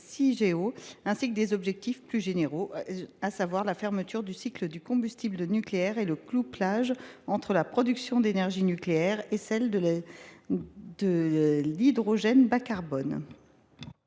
aussi des objectifs plus généraux tels que la fermeture du cycle du combustible nucléaire et le couplage entre la production d’énergie nucléaire et celle de l’hydrogène bas carbone.